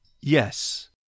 Yes